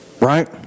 Right